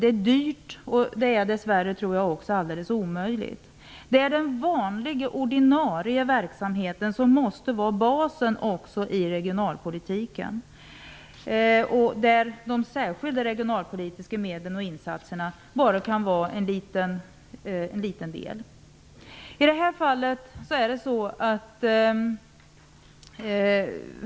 Det är dyrt, och jag tror att det dess värre också är alldeles omöjligt. Den är den vanliga ordinarie verksamheten som måste vara basen också i regionalpolitiken. De särskilda regionalpolitiska medlen och insatserna kan bara vara en liten del.